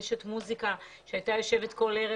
אשת מוזיקה שהייתה יושבת אתה כל ערב